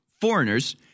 foreigners